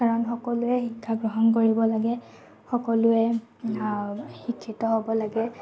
কাৰণ সকলোৱে শিক্ষা গ্ৰহণ কৰিব লাগে সকলোৱে শিক্ষিত হ'ব লাগে